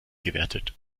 gewertet